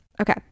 Okay